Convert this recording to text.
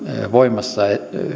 voimassa